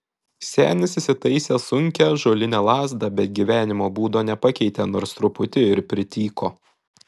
senis įsitaisė sunkią ąžuolinę lazdą bet gyvenimo būdo nepakeitė nors truputį ir prityko